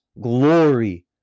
glory